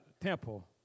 temple